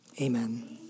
amen